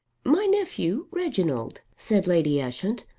my nephew, reginald, said lady ushant,